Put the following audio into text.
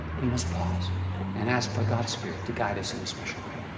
we must pause and ask for god's spirit to guide us in a special way.